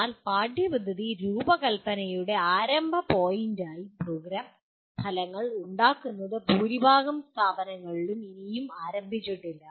എന്നാൽ പാഠ്യപദ്ധതി രൂപകൽപ്പനയുടെ ആരംഭ പോയിന്റായി പ്രോഗ്രാം ഫലങ്ങൾ ഉണ്ടാക്കുന്നത് ഭൂരിഭാഗം സ്ഥാപനങ്ങളിലും ഇനിയും ആരംഭിച്ചിട്ടില്ല